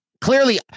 clearly